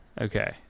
okay